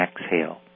Exhale